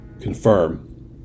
Confirm